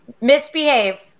Misbehave